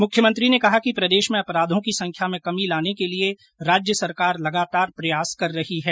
मुख्यमंत्री ने कहा कि प्रदेश में अपराधों की संख्या में कमी लाने के लिये सरकार लगातार प्रयास कर रही है